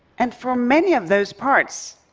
and for many of those parts,